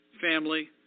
family